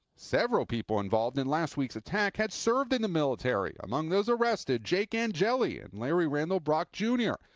several people involved in last week's attack had served in the military, among those arrested jake angeli, and larry randall block jr,